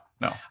no